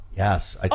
Yes